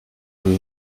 aho